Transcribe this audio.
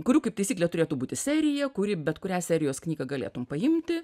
kurių kaip taisyklė turėtų būti serija kuri bet kurią serijos knygą galėtum paimti